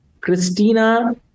Christina